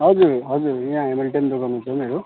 हजुर हजुर यहाँ हेमिल्टन दोकानको छेउमै हो